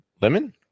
lemon